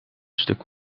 stuk